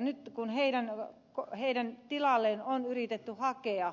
nyt kun heidän tilalleen on yritetty hakea